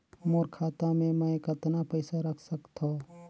मोर खाता मे मै कतना पइसा रख सख्तो?